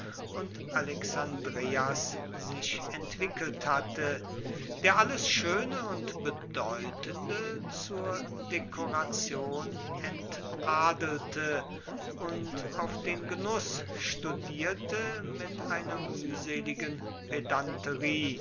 und alexandreias sich entwickelt hatte der alles schöne und bedeutende zur dekoration entadelte und auf den genuß studierte mit einer mühseligen